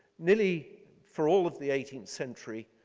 nearly for all of the eighteenth century,